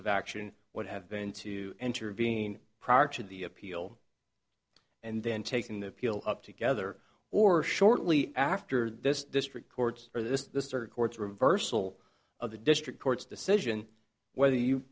of action would have been to intervene prior to the appeal and then taking the appeal up together or shortly after this district court or this the circuit courts reversal of the district court's decision whether you